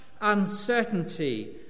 uncertainty